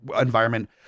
environment